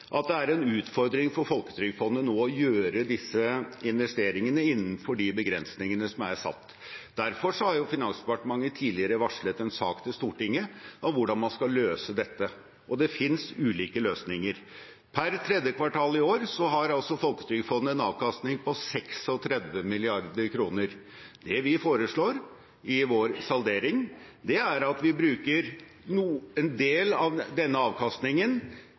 at det er en utfordring for Folketrygdfondet nå å gjøre disse investeringene innenfor de begrensningene som er satt. Derfor har Finansdepartementet tidligere varslet en sak til Stortinget om hvordan man skal løse dette, og det finnes ulike løsninger. Per tredje kvartal i år har Folketrygdfondet en avkastning på 36 mrd. kr. Det vi foreslår i vår saldering, er at vi bruker en del av denne avkastningen